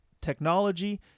technology